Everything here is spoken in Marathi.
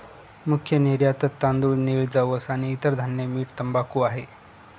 मुख्य निर्यातत तांदूळ, नीळ, जवस आणि इतर धान्य, मीठ, तंबाखू आहे